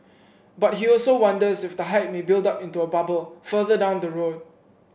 but he also wonders if the hype may build up into a bubble further down the road